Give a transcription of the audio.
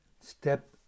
step